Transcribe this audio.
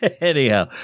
Anyhow